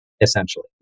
essentially